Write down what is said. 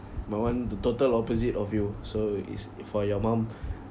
my one the total opposite of you so it's for your mom